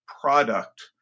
product